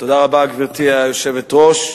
גברתי היושבת-ראש,